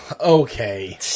okay